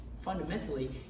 fundamentally